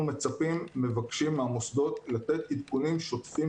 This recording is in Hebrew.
אנחנו מצפים ומבקשים מהמוסדות לתת עדכונים שוטפים